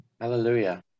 Hallelujah